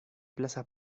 plaza